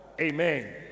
Amen